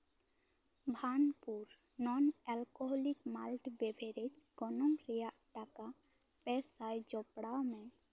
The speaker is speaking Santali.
ᱵᱷᱟᱱᱯᱩᱨ ᱱᱚᱱ ᱮᱞᱠᱳᱦᱚᱞᱤᱠ ᱢᱟᱞᱴᱤ ᱵᱮᱵᱷᱮᱨᱮᱡ ᱜᱚᱱᱚᱝ ᱨᱮᱭᱟᱜ ᱴᱟᱠᱟ ᱯᱮᱥᱟᱭ ᱡᱚᱯᱲᱟᱣ ᱢᱮ